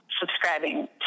subscribing